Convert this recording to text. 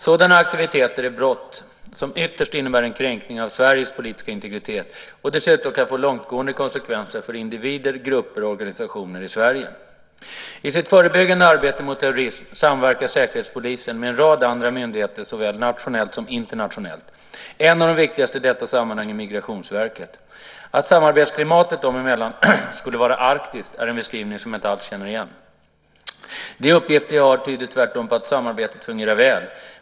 Sådana aktiviteter är brott som ytterst innebär en kränkning av Sveriges politiska integritet och dessutom kan få långtgående konsekvenser för individer, grupper och organisationer i Sverige. I sitt förebyggande arbete mot terrorism samverkar Säkerhetspolisen med en rad andra myndigheter såväl nationellt som internationellt. En av de viktigaste i detta sammanhang är Migrationsverket. Att samarbetsklimatet dem emellan skulle vara arktiskt är en beskrivning som jag alls inte känner igen. De uppgifter jag har tyder tvärtom på att samarbetet fungerar väl.